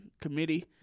committee